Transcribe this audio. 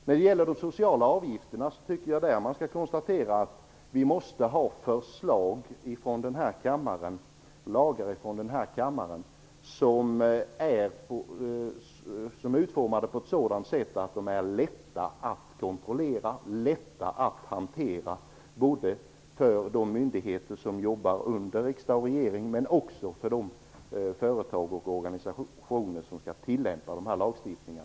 När det gäller de sociala avgifterna kan man konstatera att vi måste ha lagar beslutade av denna kammare som är utformade på ett sådant sätt att de är lätta att kontrollera och hantera både för de myndigheter som arbetar under regering och riksdag och för de företag och organisationer som skall tillämpa lagstiftningen.